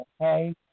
okay